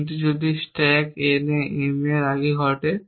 কিন্তু যদি এই স্ট্যাক n এ M এর আগে ঘটে